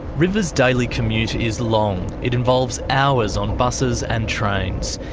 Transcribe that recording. river's daily commute is long, it involves hours on buses and trains.